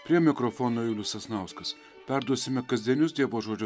prie mikrofono julius sasnauskas perduosime kasdienius dievo žodžio